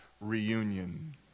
reunion